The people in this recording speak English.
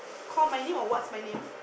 call my name or what's my name